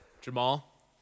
Jamal